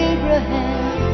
Abraham